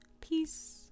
peace